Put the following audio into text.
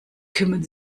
kümmern